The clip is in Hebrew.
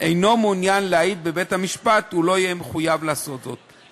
אינו מעוניין להעיד בבית-המשפט הוא לא יחויב לעשות כן,